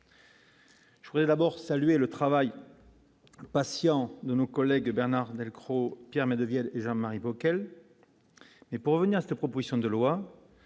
Je voudrais d'abord saluer le travail patient de nos collègues : Bernard Delcros Piermay deviennent et Jean-Marie Bockel,